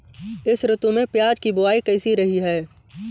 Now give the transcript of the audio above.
इस ऋतु में प्याज की बुआई कैसी रही है?